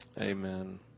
Amen